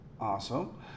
Awesome